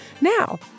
Now